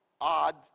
odd